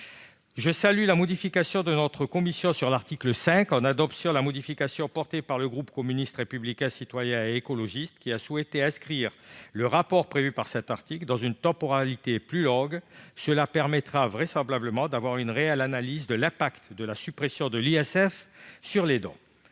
Je salue la position de notre commission sur l'article 5, qui a adopté la modification portée par le groupe communiste républicain citoyen et écologiste, ayant souhaité inscrire le rapport prévu dans cet article dans une temporalité plus longue. Cela permettra vraisemblablement d'avoir une réelle analyse de l'impact de la suppression de l'impôt de